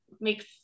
makes